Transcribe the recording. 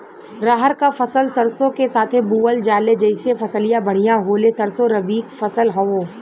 रहर क फसल सरसो के साथे बुवल जाले जैसे फसलिया बढ़िया होले सरसो रबीक फसल हवौ